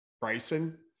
bryson